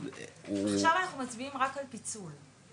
עכשיו אנחנו מצביעים רק על פיצול,